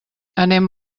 anem